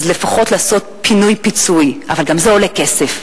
אז לפחות לעשות פינוי-פיצוי, אבל גם זה עולה כסף.